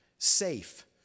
Safe